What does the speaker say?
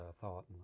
thought